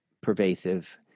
pervasive